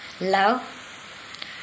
Love